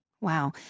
Wow